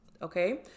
Okay